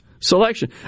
selection